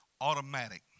Automatic